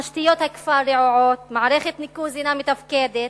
תשתיות הכפר רעועות, מערכת הניקוז אינה מתפקדת,